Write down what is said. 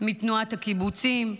מתנועת הקיבוצים,